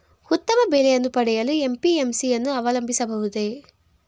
ಉತ್ತಮ ಬೆಲೆಯನ್ನು ಪಡೆಯಲು ಎ.ಪಿ.ಎಂ.ಸಿ ಯನ್ನು ಅವಲಂಬಿಸಬಹುದೇ?